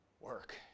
work